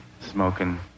smoking